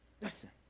Listen